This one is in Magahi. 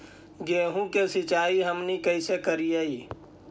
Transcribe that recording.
गेहूं के सिंचाई हमनि कैसे कारियय?